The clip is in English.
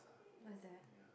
what is there